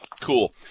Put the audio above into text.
Cool